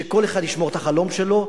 שכל אחד ישמור את החלום שלו.